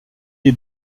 est